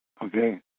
Okay